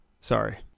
Sorry